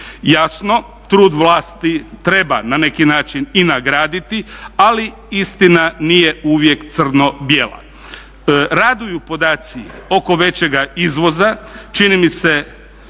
Jasno trud vlasti treba na neki način i nagraditi, ali istina nije uvijek crno bijela. Raduju podaci oko većega izvoza. Čini mi se